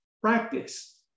practice